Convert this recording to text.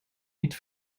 niet